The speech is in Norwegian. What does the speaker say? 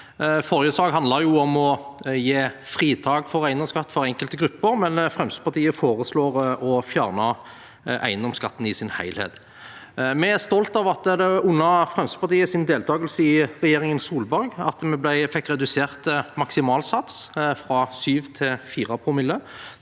Forrige sak handlet om å gi fritak for eiendomsskatt for enkelte grupper, men Fremskrittspartiet foreslår å fjerne eiendomsskatten i sin helhet. Vi er stolte av at vi, under Fremskrittspartiets deltakelse i regjeringen Solberg, fikk redusert maksimalsats fra 7 promille